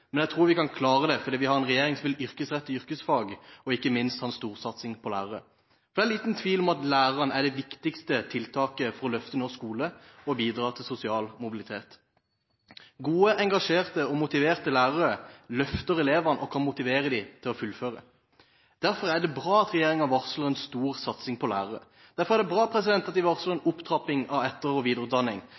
men jeg tror vi kan klare det fordi vi har en regjering som vil yrkesrette yrkesfag og – ikke minst – ha en storsatsing på lærerne. Det er liten tvil om at læreren er det viktigste tiltaket for å løfte norsk skole og bidra til sosial mobilitet. Gode, engasjerte og motiverte lærere løfter elevene og kan motivere dem til å fullføre. Derfor er det bra at regjeringen varsler en stor satsing på lærere, og derfor er det bra at de varsler en opptrapping av etter- og videreutdanning.